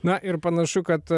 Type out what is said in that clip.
na ir panašu kad